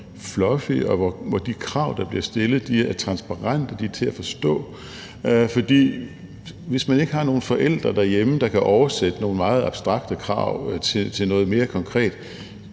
og hvor de krav, der blev stillet, er transparente og til at forstå. For hvis man ikke har nogle forældre derhjemme, der kan oversætte nogle meget abstrakte krav til noget mere konkret,